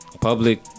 Public